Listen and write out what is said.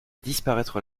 disparaître